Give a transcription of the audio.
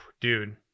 Dude